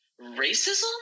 racism